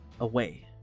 away